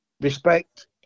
respect